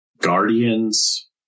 Guardians